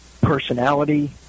personality